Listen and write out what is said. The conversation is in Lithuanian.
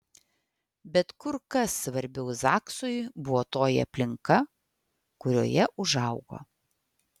bet kur kas svarbiau zaksui buvo toji aplinka kurioje užaugo